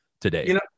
today